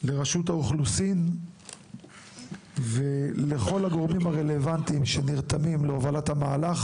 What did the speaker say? לרשות האוכלוסין ולכל הגורמים הרלוונטיים שנרתמים להובלת המהלך.